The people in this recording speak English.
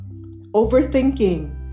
Overthinking